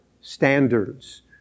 standards